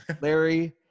Larry